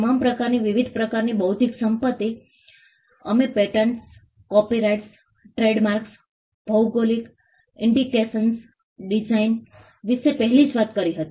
તમામ પ્રકારની વિવિધ પ્રકારની બૌદ્ધિક સંપત્તિ અમે પેટન્ટ્સ કોપીરાઇટ્સ ટ્રેડમાર્ક્સ ભૌગોલિક ઈન્ડિકેશન્સ ડિઝાઇન વિશે પહેલેથી જ વાત કરી હતી